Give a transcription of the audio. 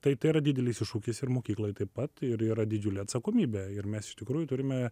tai tai yra didelis iššūkis ir mokykloje taip pat ir yra didžiulė atsakomybė ir mes iš tikrųjų turime